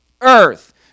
earth